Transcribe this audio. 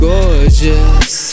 Gorgeous